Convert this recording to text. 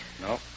No